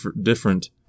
different